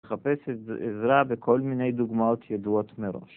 חפש עזרה בכל מיני דוגמאות ידועות מראש